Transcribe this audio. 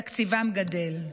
תקציבם גדל.